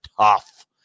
tough